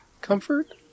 comfort